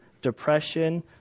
depression